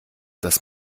das